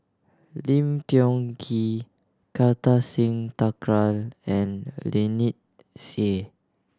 Lim Tiong Ghee Kartar Singh Thakral and Lynnette Seah